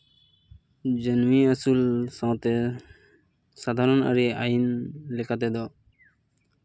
ᱡᱤᱭᱟᱹᱞᱤ ᱟᱹᱥᱩᱞ ᱥᱟᱶᱛᱮ ᱥᱟᱫᱷᱟᱨᱚᱱ ᱨᱮᱭᱟᱜ ᱟᱹᱭᱤᱱ ᱞᱮᱠᱟ ᱛᱮᱫᱚ